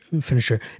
finisher